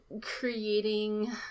creating